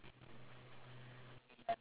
okay what's the turn off